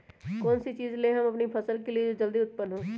कौन सी बीज ले हम अपनी फसल के लिए जो जल्दी उत्पन हो?